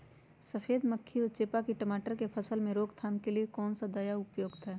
सफेद मक्खी व चेपा की टमाटर की फसल में रोकथाम के लिए कौन सा दवा उपयुक्त है?